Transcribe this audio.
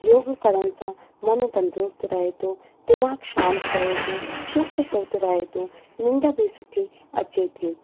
योगु करण सां मन तंदुरुस्तु रहे थो दिमाग़ शांति रहे थो चुस्तु फुर्तु रहे थो निन्ढ बि सुठी अचे थी